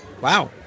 Wow